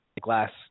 glass